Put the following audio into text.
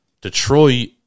Detroit